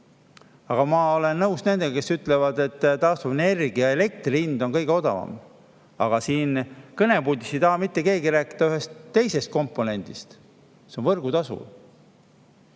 aga ma olen nõus nendega, kes ütlevad, et taastuvenergia ja ‑elektri hind on kõige odavam. Ent siin kõnepuldis ei taha mitte keegi rääkida ühest teisest komponendist: see on võrgutasu.